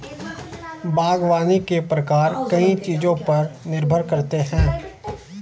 बागवानी के प्रकार कई चीजों पर निर्भर करते है